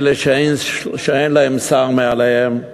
אלה שאין להם שר מעליהם,